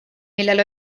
millel